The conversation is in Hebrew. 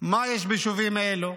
מה יש ביישובים האלו?